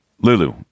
Lulu